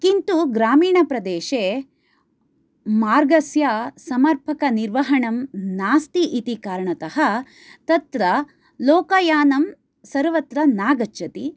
किन्तु ग्रामीणप्रदेशे मार्गस्य समर्पकनिर्वहणं नास्ति इति कारणतः तत्र लोकयानं सर्वत्र न गच्छति